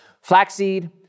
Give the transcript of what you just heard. Flaxseed